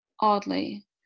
oddly